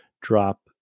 drop